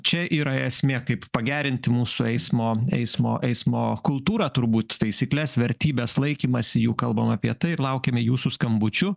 čia yra esmė kaip pagerinti mūsų eismo eismo eismo kultūrą turbūt taisykles vertybes laikymąsi jų kalbame apie tai ir laukiame jūsų skambučių